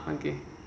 ah okay okay